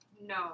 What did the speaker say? no